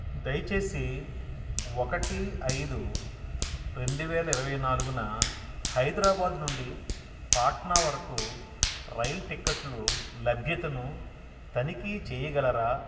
దయచేసి ఒకటి ఐదు రెండు వేల ఇరవై నాలుగున హైదరాబాదు నుండి పాట్నా వరకు రైల్ టికెట్లు లభ్యతను తనిఖీ చెయ్యగలరా